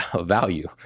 value